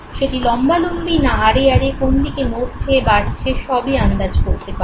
সেটি লম্বালম্বি না আড়ে আড়ে কোনদিকে নড়ছে বাড়ছে সবই আন্দাজ করতে পারবো